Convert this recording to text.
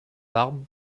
larmes